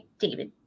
David